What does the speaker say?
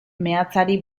meatzari